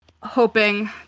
hoping